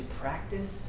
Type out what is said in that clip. practice